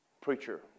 Preacher